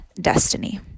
destiny